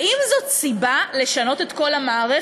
האם זאת סיבה לשנות את כל המערכת?